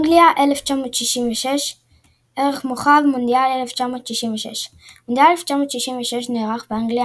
אנגליה 1966 ערך מורחב – מונדיאל 1966 מונדיאל 1966 נערך באנגליה,